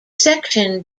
section